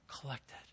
collected